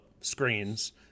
screens